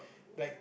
like